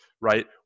right